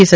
S